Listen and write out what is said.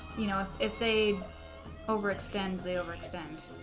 you know if if they overextend they overextend